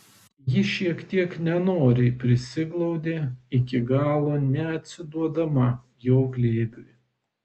ji šiek tiek nenoriai prisiglaudė iki galo neatsiduodama jo glėbiui